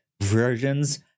versions